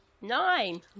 Nine